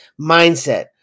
mindset